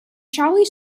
charlie